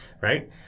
Right